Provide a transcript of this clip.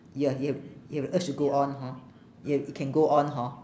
ya you have you have the urge to go on hor ya you can go on hor